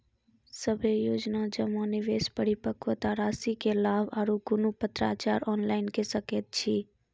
सभे योजना जमा, निवेश, परिपक्वता रासि के लाभ आर कुनू पत्राचार ऑनलाइन के सकैत छी?